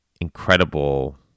incredible